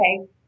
Okay